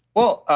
well,